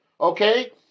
okay